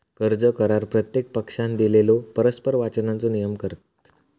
कर्ज करार प्रत्येक पक्षानं दिलेल्यो परस्पर वचनांचो नियमन करतत